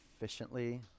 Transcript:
efficiently